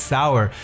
Sour